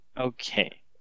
Okay